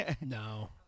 No